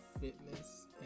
fitness